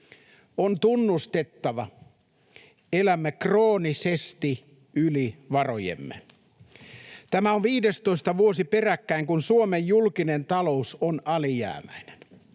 On tunnustettava: elämme kroonisesti yli varojemme. Tämä on viidestoista vuosi peräkkäin, kun Suomen julkinen talous on alijäämäinen.